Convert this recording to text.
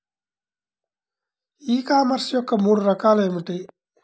ఈ కామర్స్ యొక్క మూడు రకాలు ఏమిటి?